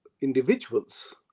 individuals